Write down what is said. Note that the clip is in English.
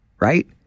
right